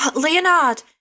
Leonard